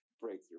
breakthrough